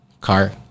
car